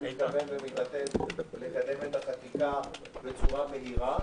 מתכוון ומתעתד לקדם את החקיקה בצורה מהירה,